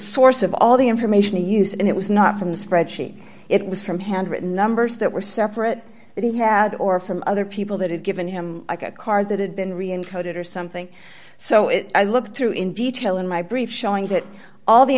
source of all the information to use it and it was not some spreadsheet it was from handwritten numbers that were separate that he had or from other people that had given him a card that had been reincarnated or something so i looked through in detail in my brief showing that all the